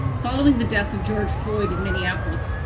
following the death of george floyd in minneapolis,